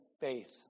faith